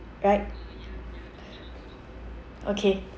right okay